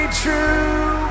true